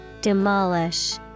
Demolish